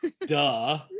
Duh